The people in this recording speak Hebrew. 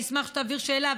אני אשמח שתעביר שאלה,